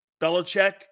Belichick